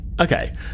Okay